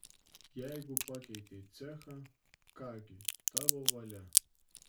jeigu pakeitei cechą ką gi tavo valia